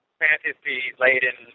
fantasy-laden